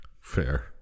Fair